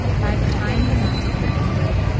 by the time the massacre ended,